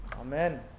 Amen